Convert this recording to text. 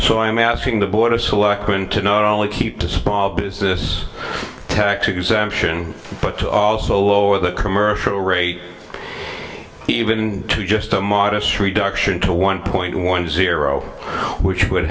so i am asking the board of selectmen to not only keep the small business tax exemption but to also lower the commercial rate even to just a modest reduction to one point one zero which would